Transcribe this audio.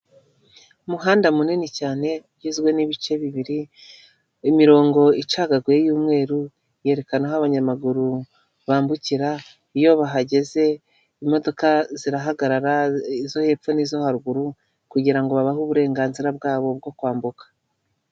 Umuhanda munini cyane ugizwe n'ibice bibiri, imirongo icagaguye y'umweru yerekana aho abanyamaguru bambukira iyo bahageze, imodoka zirahagarara izo hepfo nizo haruguru kugirango babahe uburenganzira bwabo bwo kwambuka.